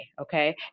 okay